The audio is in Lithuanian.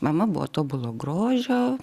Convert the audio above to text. mama buvo tobulo grožio